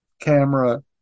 camera